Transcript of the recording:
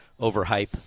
overhype